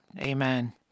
Amen